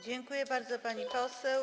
Dziękuję bardzo, pani poseł.